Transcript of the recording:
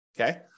Okay